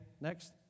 Next